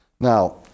Now